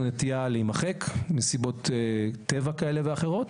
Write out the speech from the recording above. נטייה להימחק מסיבות טבע כאלה ואחרות,